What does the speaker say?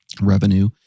revenue